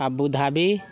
Abu Dhabi